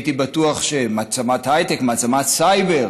מעצמת סייבר.